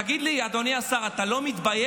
תגיד לי, אדוני השר, אתה לא מתבייש?